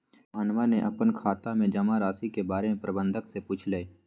मोहनवा ने अपन खाता के जमा राशि के बारें में प्रबंधक से पूछलय